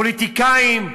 פוליטיקאים.